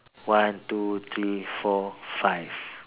one two three four five